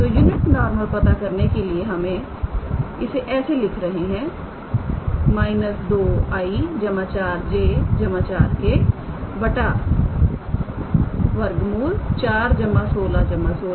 तोयूनिट normal पता करने के लिए हम इसे ऐसे लिख रहे हैं −2𝑖̂4𝑗̂4 𝑘̂ √41616 −2𝑖̂4𝑗̂4𝑘̂ 2√10